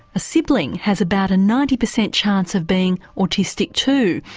a sibling has about a ninety percent chance of being autistic too.